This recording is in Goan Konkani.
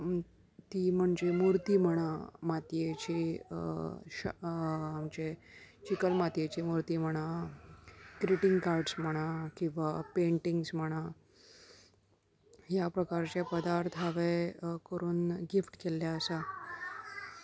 ती म्हणजे मुर्ती म्हणा मातयेची आमचे चिकल मातयेची मुर्ती म्हणा ग्रिटींग कार्ड्स म्हणा किंवां पेंटिंग्स म्हणा ह्या प्रकारचे पदार्थ हांवे करून गिफ्ट केल्ले आसा